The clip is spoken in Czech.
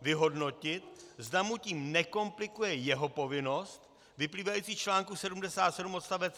vyhodnotit, zda mu tím nekomplikuje jeho povinnost vyplývající z článku 77 odst.